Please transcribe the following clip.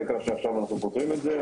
העיקר שעכשיו אנחנו פותרים את זה.